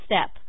step